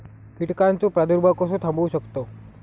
कीटकांचो प्रादुर्भाव कसो थांबवू शकतव?